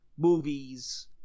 movies